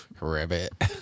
Ribbit